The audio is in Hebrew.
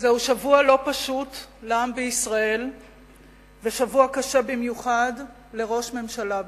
זהו שבוע לא פשוט לעם בישראל ושבוע קשה במיוחד לראש הממשלה בישראל.